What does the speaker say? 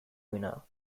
winner